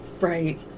Right